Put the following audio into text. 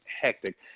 hectic